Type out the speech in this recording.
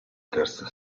terza